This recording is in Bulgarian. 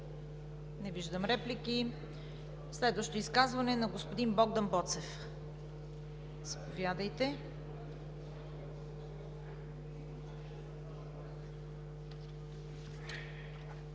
Не виждам. Следващото изказване е на господин Богдан Боцев. Заповядайте.